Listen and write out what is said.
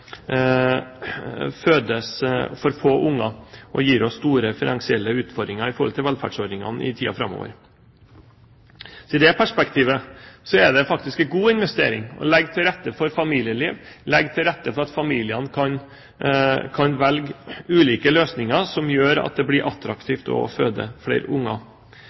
fødes for få unger. Det gir oss store finansielle utfordringer i forhold til velferdsordningene i tiden framover. Så i det perspektivet er det faktisk en god investering å legge til rette for familieliv, legge til rette for at familier kan velge ulike løsninger som gjør at det blir attraktivt å føde flere unger.